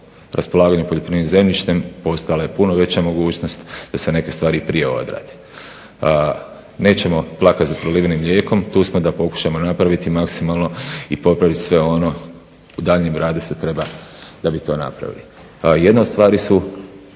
raspolaganju poljoprivrednim zemljištem postojala je puno veća mogućnost da se neke stvari prije odrade. Nećemo plakati za prolivenim mlijekom, tu smo da pokušamo napraviti maksimalno i popraviti sve ono u daljnjem radu što treba da bi to napravili. Jedna od stvari je